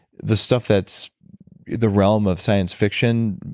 the stuff that's the realm of science fiction,